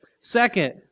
Second